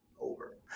over